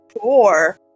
four